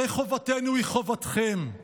הרי חובתנו היא חובתכם.